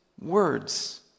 words